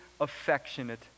affectionate